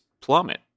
plummet